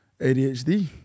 ADHD